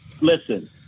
listen